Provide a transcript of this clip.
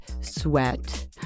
sweat